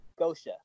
Gosha